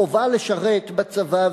חובה לשרת בצבא,